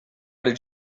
did